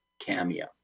cameo